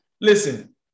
listen